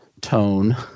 tone